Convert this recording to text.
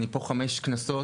אני פה חמש כנסות,